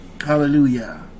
Hallelujah